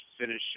finish